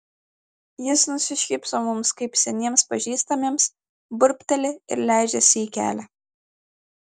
jis nusišypso mums kaip seniems pažįstamiems burbteli ir leidžiasi į kelią